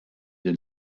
den